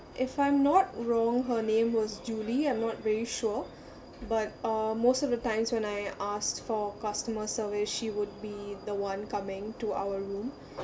if I'm not wrong her name was julie I'm not very sure but uh most of the times when I asked for customer service she would be the one coming to our room